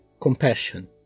compassion